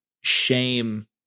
shame